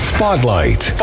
Spotlight